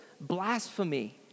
blasphemy